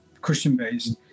Christian-based